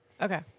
Okay